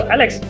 Alex